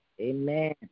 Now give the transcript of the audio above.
Amen